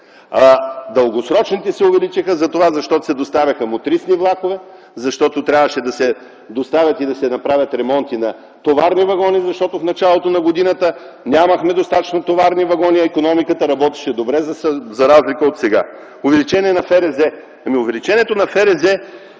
Дългосрочните задължения се увеличиха, защото се доставяха мотрисни влакове, защото трябваше да се доставят и направят ремонти на товарни вагони. В началото на годината нямахме достатъчно товарни вагони, а икономиката работеше добре, за разлика от сега. Увеличението на Фонд